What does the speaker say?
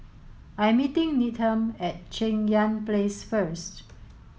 I'm meeting Needham at Cheng Yan Place first